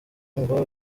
ngo